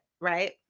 right